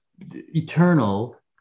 eternal